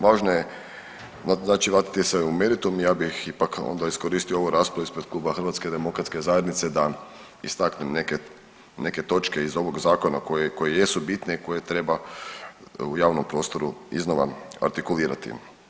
Važno je znači vratiti se na meritum, ja bih ipak onda iskoristio ovu raspravu ispred Kluba HDZ-a da istaknem neke točke iz ovog zakona koje jesu bitne i koje treba u javnom prostoru iznova artikulirati.